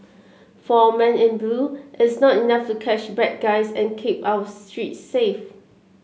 for our men in blue it's not enough to catch bad guys and keep our streets safe